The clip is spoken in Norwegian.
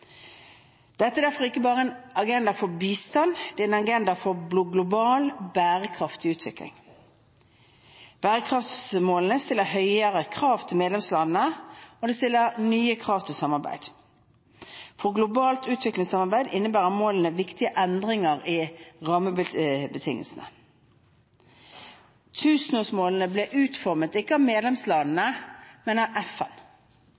Dette er derfor ikke bare en agenda for bistand. Det er en agenda for global, bærekraftig utvikling. Bærekraftsmålene stiller høyere krav til medlemslandene, og de stiller nye krav til samarbeid. For globalt utviklingssamarbeid innebærer målene viktige endringer i rammebetingelsene. Tusenårsmålene ble utformet, ikke av medlemslandene, men av FN,